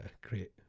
great